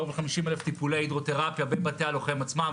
קרוב ל-50,000 טיפולי הידרותרפיה בבתי הלוחם עצמם,